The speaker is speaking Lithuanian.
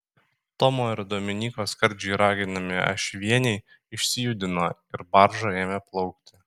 tomo ir dominyko skardžiai raginami ašvieniai išsijudino ir barža ėmė plaukti